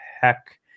heck